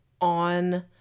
on